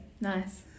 nice